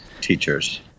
teachers